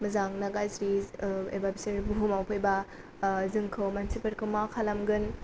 मोजां ना गाज्रि एबा बिसोर बुहुमाव फैबा जोंखौ मानसिफोरखौ मा खालामगोन